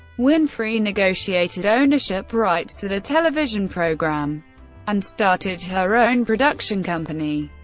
winfrey negotiated ownership rights to the television program and started her own production company.